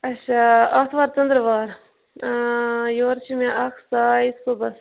آچھا آتھوار ژٕندٕروار ٲں یورٕ چھِ مےٚ اکھ ساے صُبحس